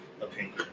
opinion